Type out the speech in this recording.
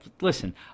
listen